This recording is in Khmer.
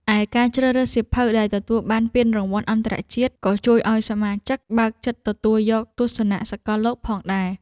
ឯការជ្រើសរើសសៀវភៅដែលទទួលបានពានរង្វាន់អន្តរជាតិ ក៏ជួយឱ្យសមាជិកបើកចិត្តទទួលយកទស្សនៈសកលលោកផងដែរ។